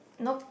nope